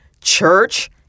church